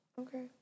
Okay